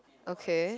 okay